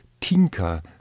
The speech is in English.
tinker